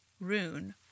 Rune